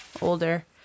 older